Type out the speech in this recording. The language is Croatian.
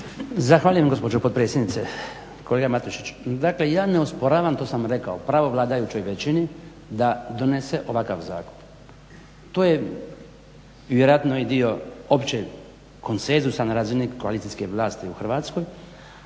Zahvaljujem gospođo potpredsjednice. Kolega Matušić dakle ja ne osporavam, to sam rekao, pravo vladajućoj većini da donese ovakav zakon. To je vjerojatno i dio općeg konsenzusa na razini koalicijske vlasti u Hrvatskoj